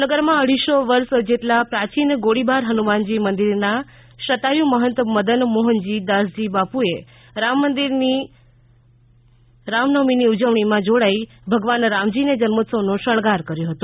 ભાવનગરમાં અઢીસો વર્ષ જેટલા પ્રાચીન ગોળીબાર હનુમાનજી મંદિરના શતાયુ મહંત મદનમોહનદાસજી બાપુ એ રામ નવમી ની ઉજવણી માં જોડાઈ ભગવાન રામજી ને જન્મોત્સવનો શણગાર કર્યો હતો